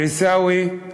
עיסאווי,